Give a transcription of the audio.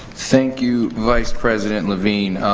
thank you, vice president levine.